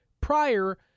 prior